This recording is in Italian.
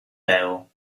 leo